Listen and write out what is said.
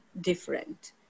different